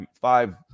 five